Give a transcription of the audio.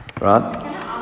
right